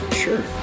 sure